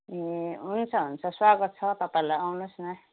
ए हुन्छ हुन्छ स्वागत छ तपाईँलाई आउनुहोस् न